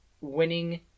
winning